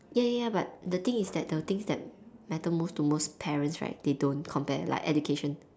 ya ya ya but the thing is that the things that matter most to most parents right they don't compare like education